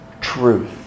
truth